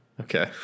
Okay